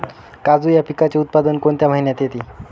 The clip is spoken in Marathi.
काजू या पिकाचे उत्पादन कोणत्या महिन्यात येते?